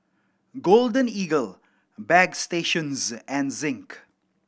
Golden Eagle Bagstationz and Zinc